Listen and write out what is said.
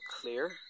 clear